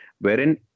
wherein